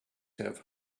have